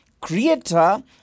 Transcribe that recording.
creator